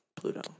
Pluto